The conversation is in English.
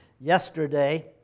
yesterday